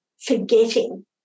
forgetting